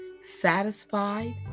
satisfied